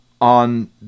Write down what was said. on